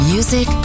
Music